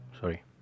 Sorry